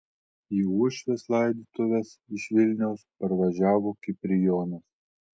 į uošvės laidotuves iš vilniaus parvažiavo kiprijonas